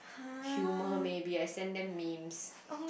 humour maybe I send them memes